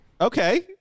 Okay